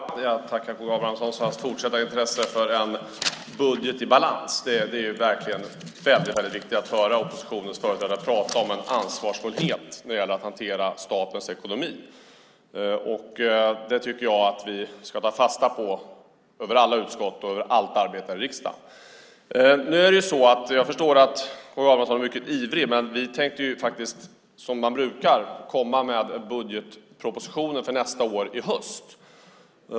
Herr talman! Jag tackar Karl Gustav Abramsson för hans fortsatta intresse för en budget i balans. Det är verkligen viktigt att höra oppositionens företrädare prata om ansvarsfullhet när det gäller att hantera statens ekonomi. Jag tycker att vi ska ta fasta på det i alla utskott och i allt arbete här i riksdagen. Jag förstår att K G Abramsson är ivrig, men vi tänker, som man brukar, komma med budgetpropositionen för nästa år i höst.